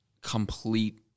complete